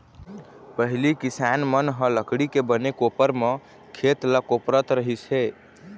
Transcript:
पहिली किसान मन ह लकड़ी के बने कोपर म खेत ल कोपरत रहिस हे